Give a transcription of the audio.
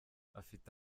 afite